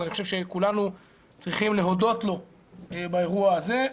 אז אני חושב שכולנו צריכים להודות לו באירוע הזה.